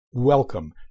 Welcome